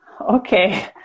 Okay